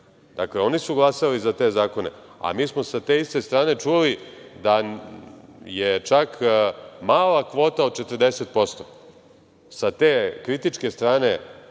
Dakle, oni su glasali za te zakone, a mi smo sa te iste strane čuli da je čak mala kvota od 40%, sa te kritičke strane